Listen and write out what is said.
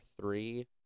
three